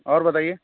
और बताइए